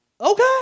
Okay